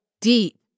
deep